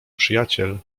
przyjaciel